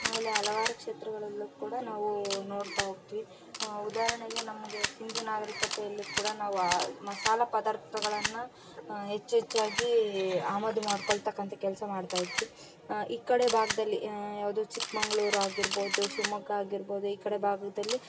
ಅಲ್ಲಿ ಹಲವಾರು ಕ್ಷೇತ್ರಗಳಲ್ಲೂ ಕೂಡ ನಾವು ನೋಡ್ತಾ ಹೋಗ್ತಿವಿ ಉದಾಹರ್ಣೆಗೆ ನಮಗೆ ಸಿಂಧು ನಾಗರಿಕತೆಯಲ್ಲಿ ಕೂಡ ನಾವು ಆ ಮಸಾಲೆ ಪದಾರ್ಥಗಳನ್ನು ಹೆಚ್ಚು ಹೆಚ್ಚಾಗಿ ಆಮದು ಮಾಡಿಕೊಳ್ತಕ್ಕಂಥ ಕೆಲಸ ಮಾಡ್ತಾ ಇದ್ವಿ ಈ ಕಡೆ ಭಾಗದಲ್ಲಿ ಯಾವುದು ಚಿಕ್ಕಮಂಗ್ಳೂರು ಆಗಿರ್ಬೋದು ಶಿವಮೊಗ್ಗ ಆಗಿರ್ಬೋದು ಈ ಕಡೆ ಭಾಗದಲ್ಲಿ